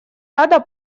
рада